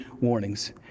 warnings